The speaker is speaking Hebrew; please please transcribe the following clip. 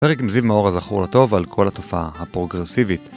פרק מזיב מאור הזכור לטוב על כל התופעה הפרוגרסיבית